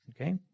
okay